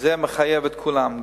וזה מחייב את כולם,